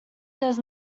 does